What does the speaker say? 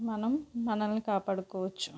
మనం మనల్ని కాపాడుకోవచ్చు